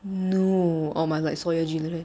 no oh my god it's for your jewellery